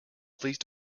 please